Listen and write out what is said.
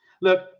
Look